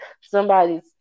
somebody's